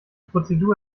prozedur